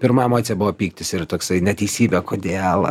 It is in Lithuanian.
pirma emocija buvo pyktis ir toksai neteisybė kodėl